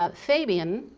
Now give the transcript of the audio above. ah fabian,